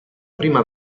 prima